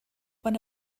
one